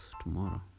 tomorrow